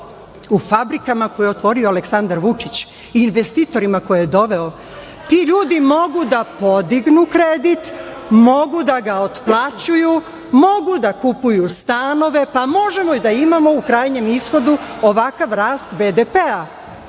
u fabrikama koje je otvorio Aleksandar Vučić i investitorima koje je doveo. Ti ljudi mogu da podignu kredit, mogu da ga otplaćuju, mogu da kupuju stanove, pa možemo i da imamo u krajnjem ishodu ovakav rast BDP-a.